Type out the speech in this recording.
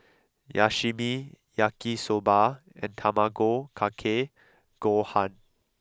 Sashimi Yaki Soba and Tamago Kake Gohan